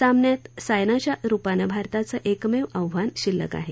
सामन्यात सायनाच्या रुपांनं भारताचं एकमेव आव्हान शिल्लक आहे